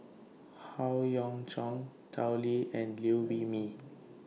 Howe Yoon Chong Tao Li and Liew Wee Mee